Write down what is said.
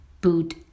Boot